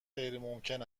غیرممکن